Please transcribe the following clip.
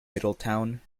middletown